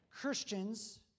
Christians